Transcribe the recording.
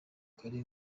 kare